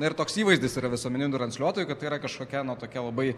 na ir toks įvaizdis yra visuomeninių transliuotojų kad tai yra kažkokia tokia labai